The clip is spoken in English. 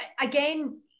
again